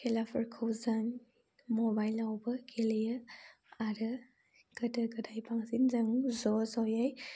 खेलाफोरखौ जों मबाइलावबो गेलेयो आरो गोदो गोदाय बांसिन जों ज' जयै